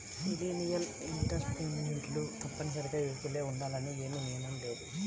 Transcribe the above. millennial ఎంటర్ప్రెన్యూర్లు తప్పనిసరిగా యువకులే ఉండాలని ఏమీ నియమం లేదు